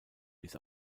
bis